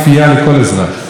אני אחזור עליה שוב,